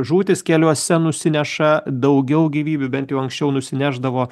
žūtys keliuose nusineša daugiau gyvybių bent jau anksčiau nusinešdavo